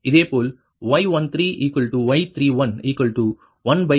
இதேபோல் y13y311Z1310